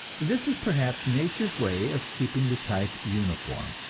this is perhaps nature's way of keeping the type uniform,